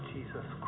Jesus